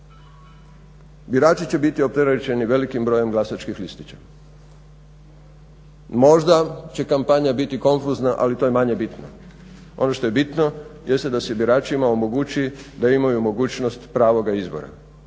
Birači će biti opterećeni velikim brojem glasačkih listića. Možda će kampanja biti konfuzna ali to je manje bitno. Ono što je bitno jeste da se biračima omogući da imaju mogućnost pravoga izbora.